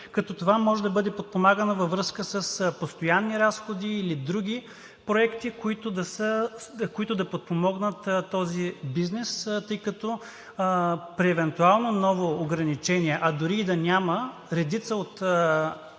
като това може да бъде подпомагано във връзка с постоянни разходи или други проекти, които да подпомогнат този бизнес, тъй като при евентуално ново ограничение, а дори и да няма, редица от